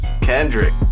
Kendrick